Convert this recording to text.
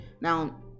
Now